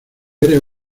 eres